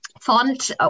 font